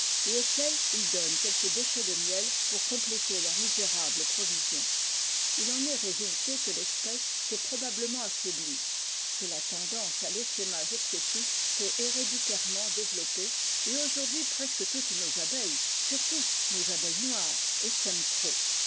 auxquelles il donne quelques déchets de miel pour compléter leurs misérables provisions il en est résulté que tespèce s'est probablement affaiblie que la tendance à tessaimage excessif s'est héréditairement développée et qu'aujourd'hui presque toutes nos abeilles surtout nos abeilles noires essaiment trop